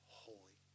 holy